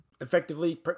effectively